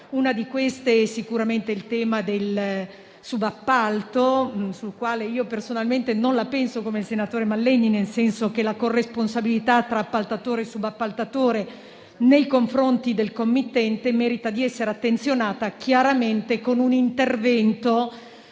-una di queste è sicuramente il tema del subappalto, sul quale personalmente non la penso come senatore Mallegni, nel senso che la corresponsabilità tra appaltatore e subappaltatore nei confronti del committente merita di essere attenzionata, chiaramente con un intervento